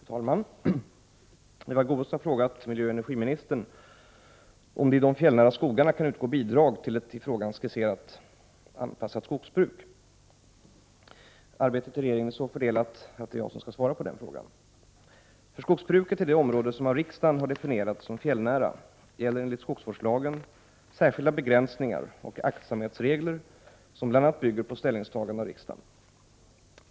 Fru talman! Eva Goés har frågat miljöoch energiministern om det i de fjällnära skogarna kan utgå bidrag till ett i frågan skisserat anpassat skogsbruk. Arbetet i regeringen är så fördelat att det är jag som skall svara på frågan. För skogsbruket i det område som av riksdagen har definierats som fjällnära gäller enligt skogsvårdslagen särskilda begränsningar och aktsamhetsregler som bl.a. bygger på ställningstagande av riksdagen.